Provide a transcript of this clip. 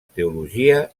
teologia